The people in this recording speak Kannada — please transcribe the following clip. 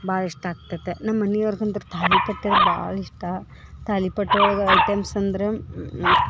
ಭಾಳ ಇಷ್ಟ ಆಗೈತ ನಮ್ಮನಿಯವ್ರ್ಗ ಅಂದ್ರ ತಾಲಿಪಟ್ಟಂದ್ರ ಭಾಳ ಇಷ್ಟ ತಾಲಿಪಟ್ಟು ಒಳಗೆ ಐಟಮ್ಸ್ ಅಂದ್ರೆ